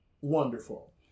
Wonderful